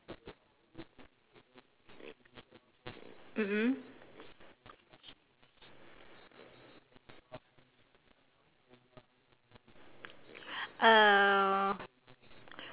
mm mm um